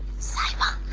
sahiba.